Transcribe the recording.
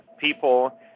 people